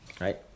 Right